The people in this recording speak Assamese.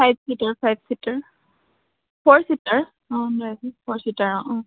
five seater five seater four seater four seater O